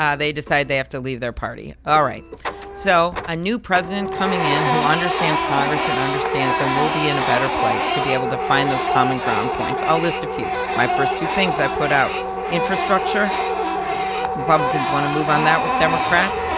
ah they decide they have to leave their party. all right so a new president coming in who understands congress and understands them will be in a better place to be able to find those common ground points. i'll list a few. my first two things i put out infrastructure republicans want to move on that with democrats,